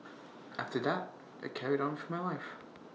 after that I carried on for my life